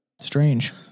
Strange